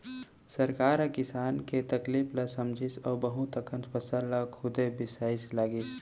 सरकार ह किसान के तकलीफ ल समझिस अउ बहुत अकन फसल ल खुदे बिसाए लगिस